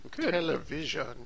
television